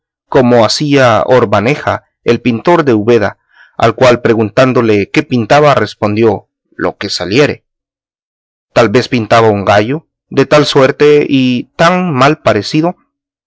como hacía orbaneja el pintor de úbeda al cual preguntándole qué pintaba respondió lo que saliere tal vez pintaba un gallo de tal suerte y tan mal parecido